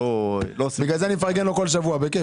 לכן אני מפרגן לו כל שבוע...